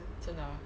真的 ah